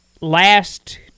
last